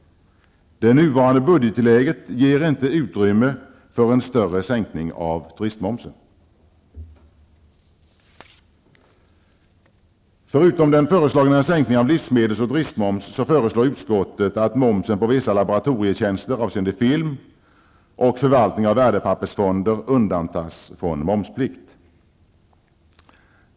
Det nuvarande budgetläget ger inte utrymme för en större sänkning av turistmomsen. Förutom den föreslagna sänkningen av livsmedelsoch turistmoms föreslår utskottet att momsen på vissa laboratorietjänster avseende film och förvaltning av värdepappersfonder undantas från moms.